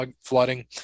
flooding